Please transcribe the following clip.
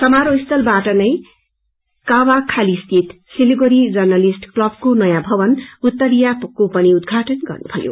समारोह संलिबाट नै कावाखाली स्थित सिलगड़ी जन्रलिष्ट क्लबको नयाँ भवन उत्तरिया को पनि उद्घाटन गर्नुभयो